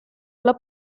alla